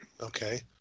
Okay